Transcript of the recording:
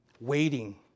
Waiting